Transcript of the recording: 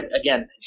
again